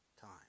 time